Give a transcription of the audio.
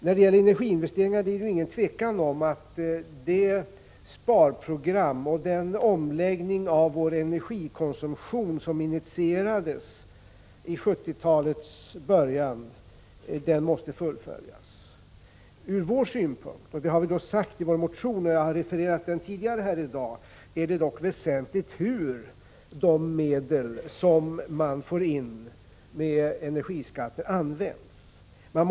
När det gäller energiinvesteringarna är det inget tvivel om att det sparprogram och den omläggning av vår energikonsumtion som initierades i 1970-talets början måste fullföljas. Ur vår synpunkt är det dock väsentligt hur de medel som man får in med energiskatter används. Det har vi också sagt i vår motion, som jag har refererat tidigare i dag.